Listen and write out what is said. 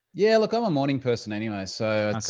yeah, look, i'm a morning person anyway. so it's,